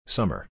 Summer